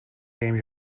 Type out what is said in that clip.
game